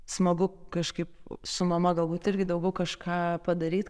smagu kažkaip su mama galbūt irgi daugiau kažką padaryt